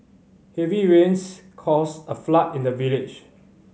heavy rains caused a flood in the village